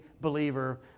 believer